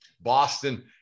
Boston